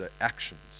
actions